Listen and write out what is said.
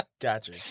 Gotcha